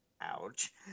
Ouch